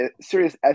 serious